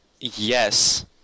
yes